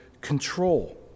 control